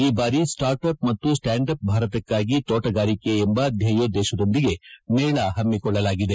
ಈ ಬಾರಿ start up ಮತ್ತು ಸ್ಟಾಂಡ್ ಅಪ್ ಭಾರತಕ್ಕಾಗಿ ತೋಟಗಾರಿಕೆ ಎಂಬ ದ್ಯೇಯೋದ್ದೇಶದೊಂದಿಗೆ ಮೇಳ ಹಮ್ಮಿಕೊಳ್ಳಲಾಗಿದೆ